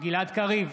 גלעד קריב,